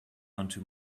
onto